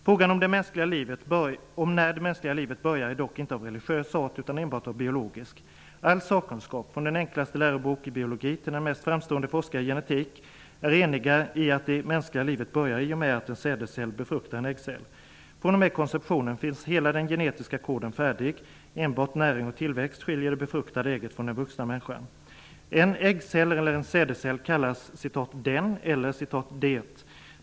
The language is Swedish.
Frågan om när det mänskliga livet börjar är dock inte av religiös art, utan enbart av biologisk. All sakkunskap, från den enklaste lärobok i biologi till den mest framstående forskare i genetik, är enig om att det mänskliga livet börjar i och med att en sädescell befruktar en äggcell. Från och med konceptionen finns hela den genetiska koden färdig, enbart näring och tillväxt skiljer det befruktade ägget från den vuxna människan. En äggcell eller en sädescell kallas ''den'' eller ''det''.